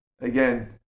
again